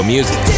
Music